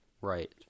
right